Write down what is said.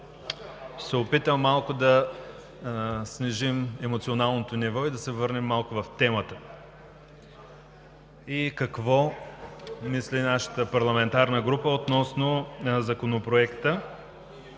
се опитам малко да снижим емоционалното ниво и да се върнем в темата. Какво мисли нашата парламентарна група относно Законопроекта,